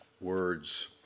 words